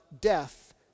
death